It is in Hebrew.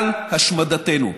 על השמדתנו.